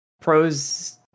pros